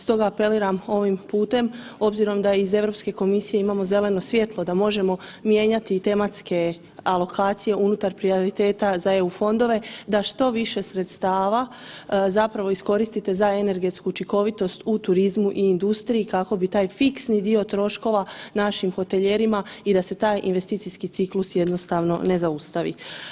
Stoga apeliram ovim putem obzirom da iz Europske komisije imamo zeleno svjetlo da možemo mijenjati tematske alokacije unutar prioriteta za EU fondove da što više sredstava zapravo iskoristite za energetsku učinkovitost u turizmu i industriji kako bi taj fiksni dio troškova našim hotelijerima i da se taj investicijski ciklus jednostavno ne zaustavi.